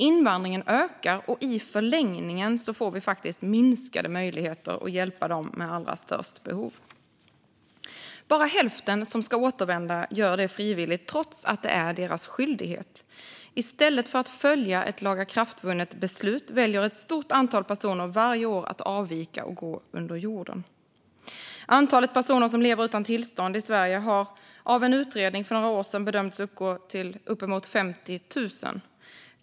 Invandringen ökar, och i förlängningen får vi faktiskt minskade möjligheter att hjälpa dem med allra störst behov. Bara hälften som ska återvända gör det frivilligt, trots att det är deras skyldighet. I stället för att följa ett lagakraftvunnet beslut väljer ett stort antal personer varje år att avvika och gå under jorden. Antalet personer som lever utan tillstånd i Sverige har av en utredning för några år sedan bedömts uppgå till uppemot 50 000.